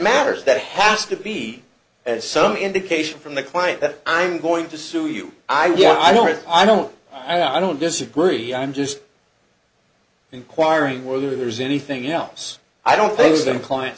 matters that has to be some indication from the client that i'm going to sue you i want i want i don't i don't disagree i'm just inquiring whether there's anything else i don't think is the client